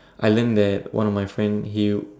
I learn that one of my friend he